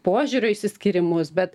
požiūrių išsiskyrimus bet